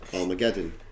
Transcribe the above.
armageddon